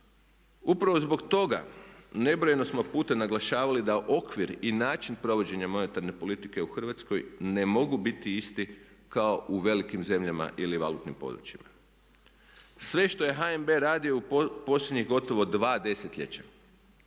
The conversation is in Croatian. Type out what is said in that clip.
Upravo zbog toga nebrojeno smo puta naglašavali da okvir i način provođenja monetarne politike u Hrvatskoj ne mogu biti isti kao u velikim zemljama ili valutnim područjima. Sve što je HNB radio u posljednjih gotovo 2 desetljeća